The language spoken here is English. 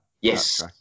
Yes